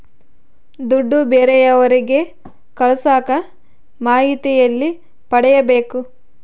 ದುಡ್ಡು ಬೇರೆಯವರಿಗೆ ಕಳಸಾಕ ಮಾಹಿತಿ ಎಲ್ಲಿ ಪಡೆಯಬೇಕು?